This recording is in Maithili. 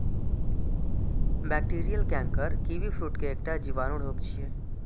बैक्टीरियल कैंकर कीवीफ्रूट के एकटा जीवाणु रोग छियै